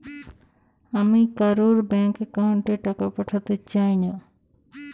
আমি অন্য ব্যাংক র অ্যাকাউন্ট এ টাকা পাঠাতে চাই কিভাবে পাঠাবো?